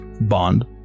bond